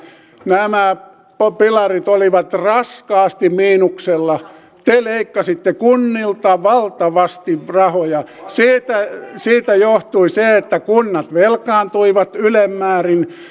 nämä pilarit olivat raskaasti miinuksella te leikkasitte kunnilta valtavasti rahoja siitä siitä johtui se että kunnat velkaantuivat ylen määrin